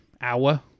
hour